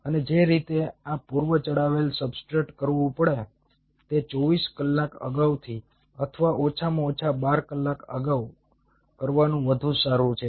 અને જે રીતે આ પૂર્વ ચડાવેલ સબસ્ટ્રેટ કરવું પડે છે તે 24 કલાક અગાઉથી અથવા ઓછામાં ઓછા 12 કલાક અગાઉ કરવાનું વધુ સારું છે